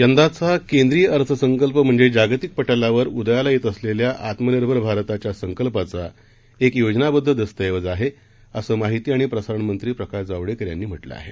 यंदाचाकेंद्रीय अर्थसंकल्पम्हणजेजागतिकपटलावरउदयालायेतअसलेल्याआत्मनिर्भरभारताच्यासंकल्पाचाएकयोजनाबद्ददस्तऐवजआहे असंमाहितीआणिप्रसारणमंत्रीप्रकाशजावडेकरयांनीम्हटलंआहे